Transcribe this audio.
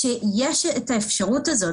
כשיש את האפשרות הזאת,